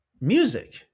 music